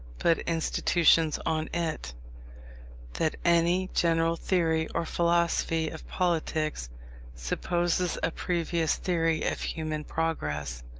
but institutions on it that any general theory or philosophy of politics supposes a previous theory of human progress,